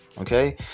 Okay